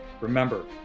remember